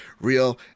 real